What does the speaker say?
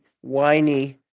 whiny